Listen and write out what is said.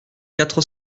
quatre